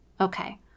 Okay